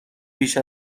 بیش